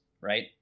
right